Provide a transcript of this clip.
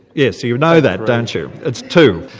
yes, you know that, don't you? it's two.